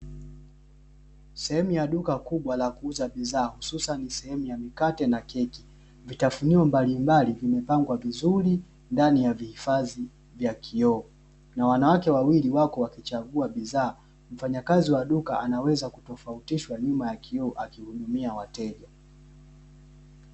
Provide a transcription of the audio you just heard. Sehemu ya duka kubwa la kuuza bidhaa hususani sehemu ya mikate na keki, vitafunio mbalimbali vimepangwa vizuri ndani ya vihifadhi vya kioo, na wanawake wawili wako wakichagua bidhaa, mfanyakazi wa duka anaweza kutofautishwa kwa kusimama nyuma ya kioo akihudumia wateja.